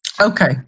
Okay